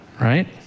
Right